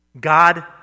God